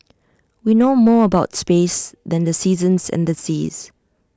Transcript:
we know more about space than the seasons and the seas